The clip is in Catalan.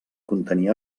contenir